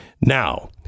Now